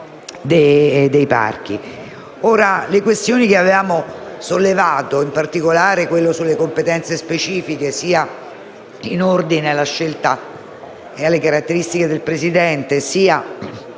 le questioni che avevamo sollevato, in particolare quella sulle competenze specifiche, sia in ordine alla scelta e alle caratteristiche del presidente, sia